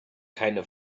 keine